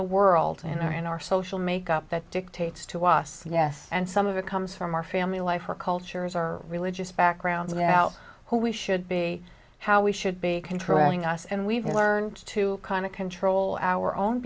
the world in our in our social makeup that dictates to us yes and some of it comes from our family life or cultures or religious backgrounds now who we should be how we should be controlling us and we've learned to kind of control our own